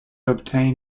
obtain